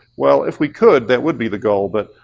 well, if we could, that would be the goal, but